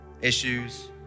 issues